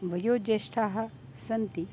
वयोज्येष्ठाः सन्ति